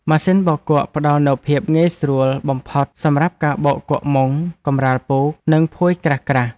ម៉ាស៊ីនបោកគក់ផ្តល់នូវភាពងាយស្រួលបំផុតសម្រាប់ការបោកគក់មុង កម្រាលពូក និងភួយក្រាស់ៗ។